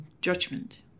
judgment